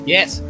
Yes